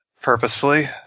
purposefully